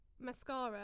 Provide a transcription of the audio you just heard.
mascara